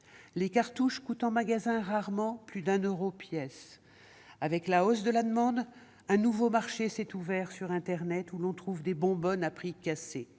Les cartouches coûtent en magasin rarement plus de 1 euro pièce. Avec la hausse de la demande, un nouveau marché s'est ouvert sur internet, où l'on trouve des bonbonnes à prix cassé,